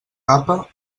capa